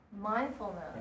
mindfulness